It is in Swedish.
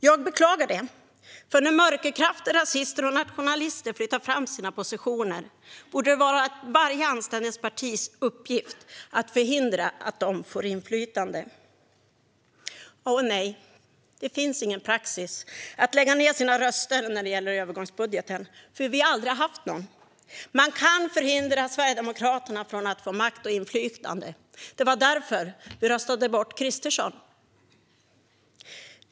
Jag beklagar det, för när mörkerkrafter, rasister och nationalister flyttar fram sina positioner borde det vara varje anständigt partis uppgift att förhindra att de får inflytande. Och nej, det finns ingen praxis att lägga ned sina röster när det gäller övergångsbudgeten. Vi har nämligen aldrig haft någon. Man kan förhindra att Sverigedemokraterna får makt och inflytande; det var därför vi röstade bort Kristersson.